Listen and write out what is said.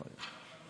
בבקשה.